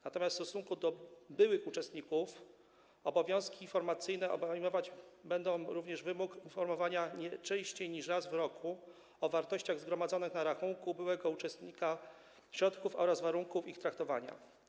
Natomiast w stosunku do byłych uczestników PPE obowiązki informacyjne obejmować będą również wymóg informowania nie częściej niż raz w roku o wartościach zgromadzonych na rachunku byłego uczestnika środków oraz warunków ich traktowania.